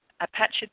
Apache